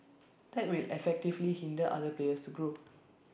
that will effectively hinder other players to grow